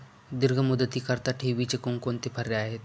दीर्घ मुदतीकरीता ठेवीचे कोणकोणते पर्याय आहेत?